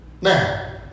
Now